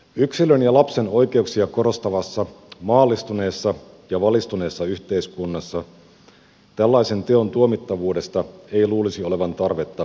yksilön ja lapsen oikeuksia korostavassa maallistuneessa ja valistuneessa yhteiskunnassa tällaisen teon tuomittavuudesta ei luulisi olevan tarvetta edes keskustella